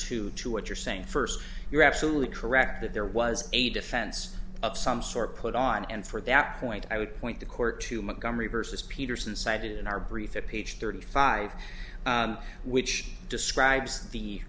two to what you're saying first you're absolutely correct that there was a defense of some sort put on and for that point i would point the court to montgomery versus peterson cited in our brief a page thirty five which describes the